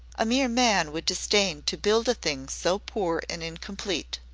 a mere man would disdain to build a thing so poor and incomplete.